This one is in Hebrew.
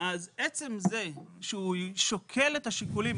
אז עצם זה שהוא שוקל את השיקולים,